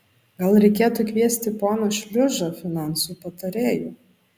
gal reikėtų kviesti poną šliužą finansų patarėju